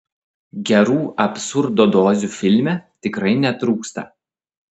gerų absurdo dozių filme tikrai netrūksta